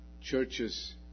churches